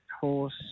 horse